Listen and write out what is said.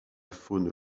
faune